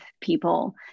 people